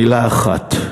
מילה אחת,